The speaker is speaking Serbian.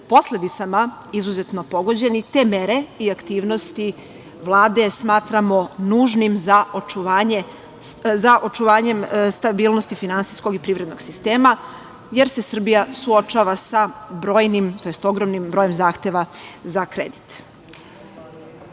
posledicama izuzetno pogođeni, te mere i aktivnosti Vlade smatramo nužnim za očuvanjem stabilnosti finansijskog i privrednog sistema, jer se Srbija suočava sa brojnim, tj. ogromnim brojem zahteva za kredit. Pored